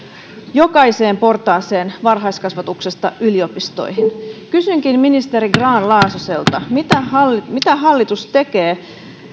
jokaiseen portaaseen varhaiskasvatuksesta yliopistoihin kysynkin ministeri grahn laasoselta mitä mitä hallitus tekee